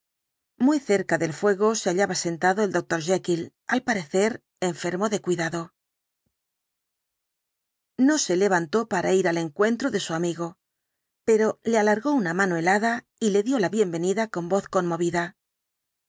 muy cerca del fuego se hallaba sentado el doctor jekyll al parecer enfermo de cuidado no se levantó para ir al encuentro de su amigo pero le alargó una mano helada el de jekyll y le dio la bienvenida con voz conmovida